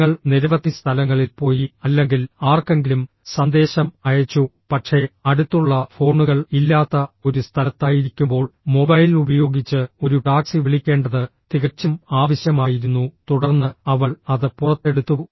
ഞങ്ങൾ നിരവധി സ്ഥലങ്ങളിൽ പോയി അല്ലെങ്കിൽ ആർക്കെങ്കിലും സന്ദേശം അയച്ചു പക്ഷേ അടുത്തുള്ള ഫോണുകൾ ഇല്ലാത്ത ഒരു സ്ഥലത്തായിരിക്കുമ്പോൾ മൊബൈൽ ഉപയോഗിച്ച് ഒരു ടാക്സി വിളിക്കേണ്ടത് തികച്ചും ആവശ്യമായിരുന്നു തുടർന്ന് അവൾ അത് പുറത്തെടുത്തു